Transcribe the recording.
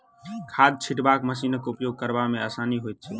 खाद छिटबाक मशीनक उपयोग करबा मे आसानी होइत छै